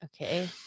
Okay